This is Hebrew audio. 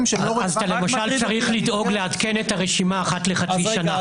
שהם לא --- רק צריך לדאוג לעדכן את הרשימה אחת לחצי שנה.